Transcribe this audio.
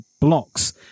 blocks